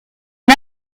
une